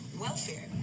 welfare